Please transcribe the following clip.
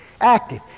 active